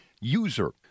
user